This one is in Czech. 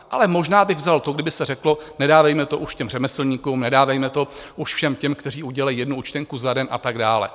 Ale možná bych vzal to, kdyby se řeklo: nedávejme to už těm řemeslníkům, nedávejme to už všem těm, kteří udělají jednu účtenku za den a tak dále.